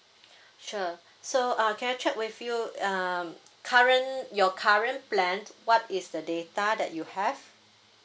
sure so uh can I check with you um current your current plan what is the data that you have